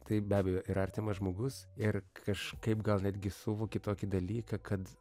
tai be abejo yra artimas žmogus ir kažkaip gal netgi suvoki tokį dalyką kad